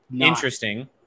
interesting